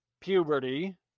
puberty